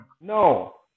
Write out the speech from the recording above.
No